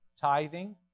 tithing